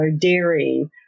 dairy